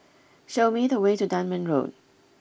show me the way to Dunman Road